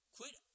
Quit